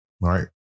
right